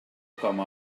com